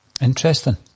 Interesting